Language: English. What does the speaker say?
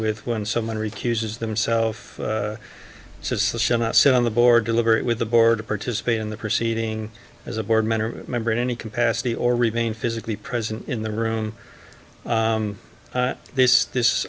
with when someone refuses themself says sit on the board deliver it with the board to participate in the proceeding as a board member member in any capacity or remain physically present in the room this this